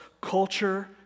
culture